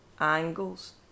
angles